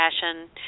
passion